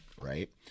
right